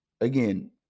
again